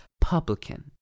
publican